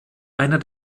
einer